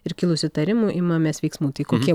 ir kilus įtarimų imamės veiksmų tai kokie